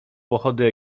pochody